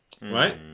right